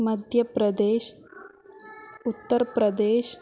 मध्यप्रदेशः उत्तरप्रदेशः